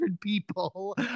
people